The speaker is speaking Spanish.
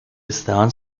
estaban